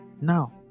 Now